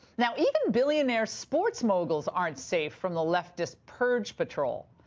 like even billionaire sports moguls aren't safe from the leftist purge patrol.